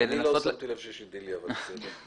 אני לא שמתי לב שיש אידיליה בנושא זה.